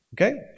okay